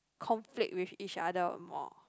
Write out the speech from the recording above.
conflict with each other more